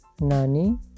nani